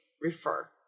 refer